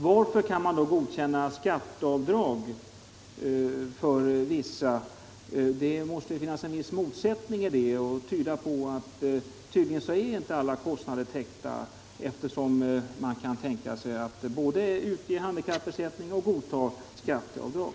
Varför kan man i så fall godkänna skatteavdrag för vissa? I detta måste finnas en viss motsättning. Uppenbarligen är inte alla kostnader täckta, eftersom man kan tänka sig att både utge handikappersättning och godta skatteavdrag.